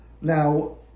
now